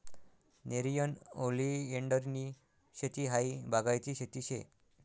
नेरियन ओलीएंडरनी शेती हायी बागायती शेती शे